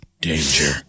danger